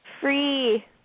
free